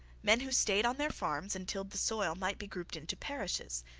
men who stayed on their farms and tilled the soil might be grouped into parishes,